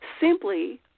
simply